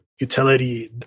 utility